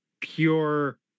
pure